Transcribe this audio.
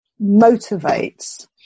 motivates